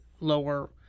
lower